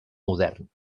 modern